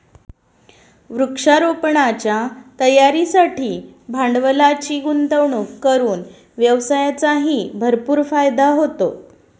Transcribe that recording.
वृक्षारोपणाच्या तयारीसाठी भांडवलाची गुंतवणूक करून व्यवसायाचाही भरपूर फायदा होतो